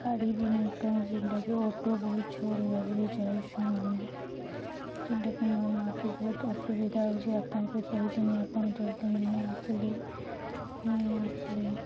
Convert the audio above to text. ଗାଡ଼ି ବି ନି ପାଇଁ ଯେନ୍ଟାକି ଅଟୋ ବହୁତ ଛୋଡ଼ ଗାଡ଼ିରେ ଯାଉଛୁଁ ଆମେ ଯେନ୍ଟାକି ମୋର ମାଆକେ ବହୁତ ଅସୁବିଧା ହେଉଛି ଆପଣଙ୍କୁ କହିଦିନି ଆପଣ ଜଲ୍ଦି ନେଇ ଆସିଲେ ନେଇ ଆସିଲେ